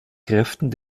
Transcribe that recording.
kräften